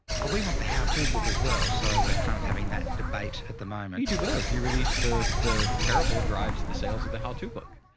well, we want the how to book as well. so we're kind of having that debate at the moment too. both you release the, the parable drives the sales of the how to book.